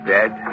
Dead